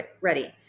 ready